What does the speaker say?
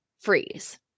freeze